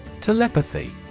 Telepathy